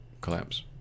Collapse